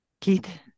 Keith